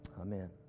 Amen